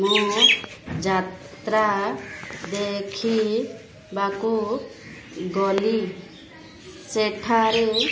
ମୁଁ ଯାତ୍ରା ଦେଖିବାକୁ ଗଲି ସେଠାରେ